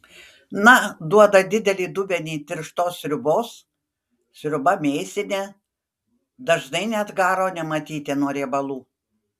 na duoda didelį dubenį tirštos sriubos sriuba mėsinė dažnai net garo nematyti nuo riebalų